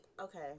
Okay